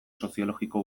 soziologiko